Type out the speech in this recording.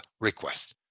request